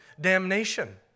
damnation